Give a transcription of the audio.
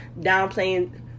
downplaying